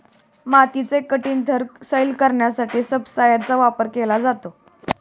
मातीचे कठीण थर सैल करण्यासाठी सबसॉयलरचा वापर केला जातो